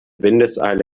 windeseile